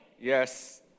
Yes